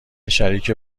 شریک